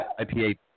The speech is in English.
IPA